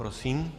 Prosím.